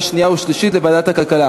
שנייה ולקריאה שלישית לוועדת הכלכלה.